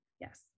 Yes